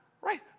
Right